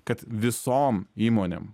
kad visom įmonėm